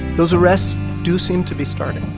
those arrests do seem to be starting.